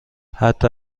حتی